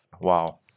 wow